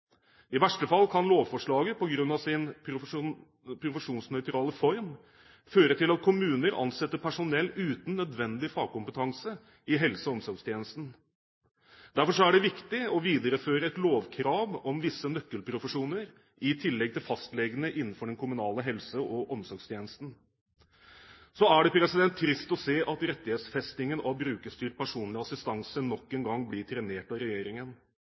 I verste fall kan lovforslaget, på grunn av sin profesjonsnøytrale form, føre til at kommuner ansetter personell uten nødvendig fagkompetanse i helse- og omsorgstjenesten. Derfor er det viktig å videreføre et lovkrav om visse nøkkelprofesjoner, i tillegg til fastlegene, innenfor den kommunale helse- og omsorgstjenesten. Det er trist å se at rettighetsfestingen av brukerstyrt personlig assistanse nok en gang blir trenert av regjeringen.